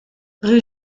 rue